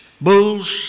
Bulls